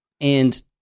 And-